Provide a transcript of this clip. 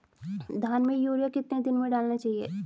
धान में यूरिया कितने दिन में डालना चाहिए?